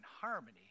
harmony